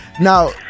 now